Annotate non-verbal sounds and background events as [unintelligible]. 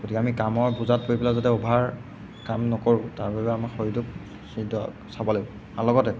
গতিকে আমি কামৰ বুজাত পৰি পেলাই যাতে উভাৰ কাম নকৰোঁ তাৰ বাবে আমাৰ শৰীৰটোক [unintelligible] চাব লাগিব আৰু লগতে